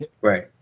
Right